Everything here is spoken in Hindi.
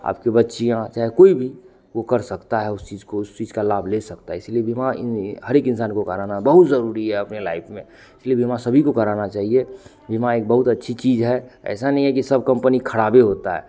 आपके बच्चियाँ चाहे कोई भी वह कर सकता है उस चीज़ को उस चीज़ का लाभ ले सकता है इसीलिए बीमा इन हर एक इंसान को कराना बहुत ज़रूरी है अपनी लाइफ में इसलिए बीमा सभी को कराना चाहिए बीमा एक बहुत अच्छी चीज़ है ऐसा नहीं है कि सब कंपनी ख़राब ही होती है